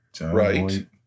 Right